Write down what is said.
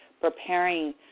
preparing